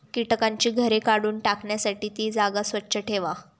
कीटकांची घरे काढून टाकण्यासाठी ती जागा स्वच्छ ठेवा